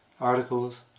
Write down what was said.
articles